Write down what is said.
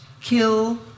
kill